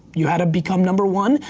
you had to become number one,